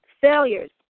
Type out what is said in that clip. failures